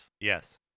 yes